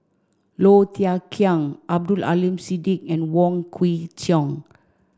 Low Thia Khiang Abdul Aleem Siddique and Wong Kwei Cheong